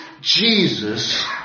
Jesus